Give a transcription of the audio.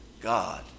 God